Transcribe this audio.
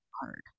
hard